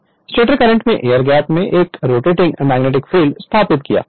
Refer Slide Time 0816 stator current ने air gap में एक रोटेटिंग मैग्नेटिक फील्ड स्थापित किया